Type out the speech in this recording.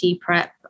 prep